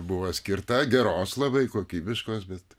buvo skirta geros labai kokybiškos bet